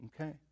okay